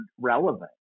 relevant